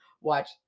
watch